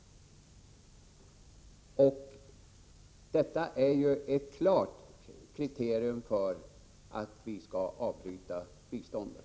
Detta är ett klart kriterium för att vi skall avbryta biståndet.